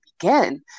begin